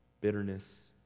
bitterness